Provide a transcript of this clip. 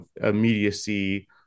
immediacy